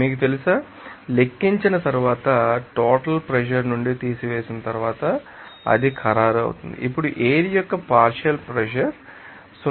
మీకు తెలుసా లెక్కించిన తరువాత టోటల్ ప్రెషర్ నుండి తీసివేసిన తరువాత అది ఖరారు అవుతుంది అప్పుడు ఎయిర్ యొక్క పార్షియల్ ప్రెషర్ 0